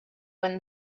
when